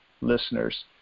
listeners